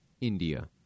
India